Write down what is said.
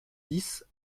dix